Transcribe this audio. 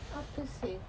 apa seh